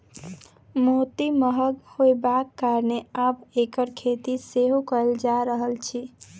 मोती महग होयबाक कारणेँ आब एकर खेती सेहो कयल जा रहल अछि